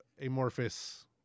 amorphous